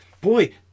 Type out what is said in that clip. boy